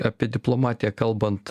apie diplomatiją kalbant